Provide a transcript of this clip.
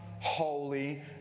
holy